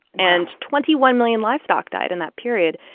and twenty one million livestock died in that period.